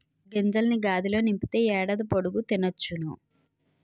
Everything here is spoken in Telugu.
గింజల్ని గాదిలో నింపితే ఏడాది పొడుగు తినొచ్చును